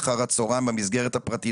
מגיע לכם -- נכון.